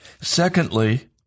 Secondly